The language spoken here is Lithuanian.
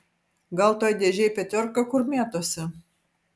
gal toj dėžėj petiorka kur mėtosi